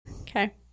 Okay